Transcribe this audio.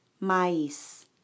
Mais